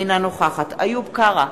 אינה נוכחת איוב קרא,